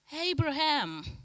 Abraham